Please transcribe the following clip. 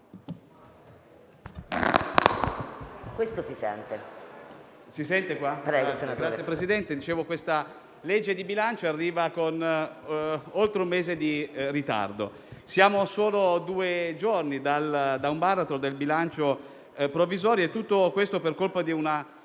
Presidente, la legge di bilancio in esame arriva con oltre un mese di ritardo. Siamo solo a due giorni dal baratro del bilancio provvisorio e tutto questo per colpa di una